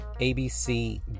ABC